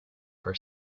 for